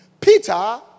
Peter